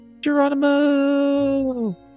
Geronimo